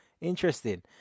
interesting